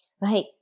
Right